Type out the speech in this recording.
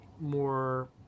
more